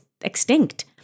extinct